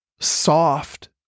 soft